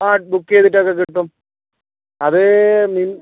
ആ ബുക്ക് ചെയ്തിട്ടൊക്കെ കിട്ടും അത് നി